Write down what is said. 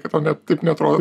kad tau net taip neatrodo